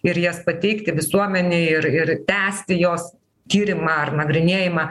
ir jas pateikti visuomenei ir ir tęsti jos tyrimą ar nagrinėjimą